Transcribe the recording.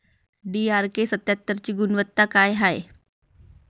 DRK सत्यात्तरची गुनवत्ता काय हाय?